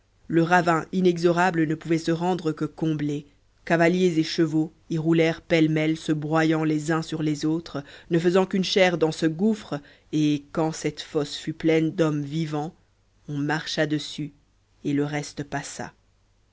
le ravin inexorable ne pouvait se rendre que comblé cavaliers et chevaux y roulèrent pêle-mêle se broyant les uns sur les autres ne faisant qu'une chair dans ce gouffre et quand cette fosse fut pleine d'hommes vivants on marcha dessus et le reste passa